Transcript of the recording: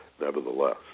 nevertheless